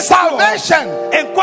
salvation